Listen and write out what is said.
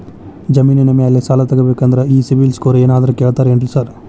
ಜಮೇನಿನ ಮ್ಯಾಲೆ ಸಾಲ ತಗಬೇಕಂದ್ರೆ ಈ ಸಿಬಿಲ್ ಸ್ಕೋರ್ ಏನಾದ್ರ ಕೇಳ್ತಾರ್ ಏನ್ರಿ ಸಾರ್?